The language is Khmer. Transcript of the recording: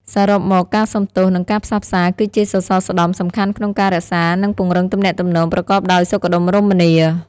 សរុបមក ការសុំទោស និងការផ្សះផ្សាគឺជាសសរស្តម្ភសំខាន់ក្នុងការរក្សា និងពង្រឹងទំនាក់ទំនងប្រកបដោយសុខដុមរមនា។